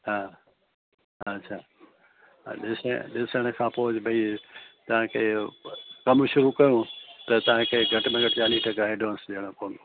हा अच्छा हा ॾिस ॾिसण खां पोइ भई तव्हांखे कमु शुरू कयूं त तव्हांखे घटि में घटि चालीह टका एडवांस ॾियणा पवंदा